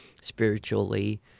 spiritually